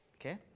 Okay